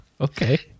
Okay